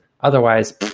Otherwise